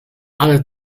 ale